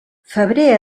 febrer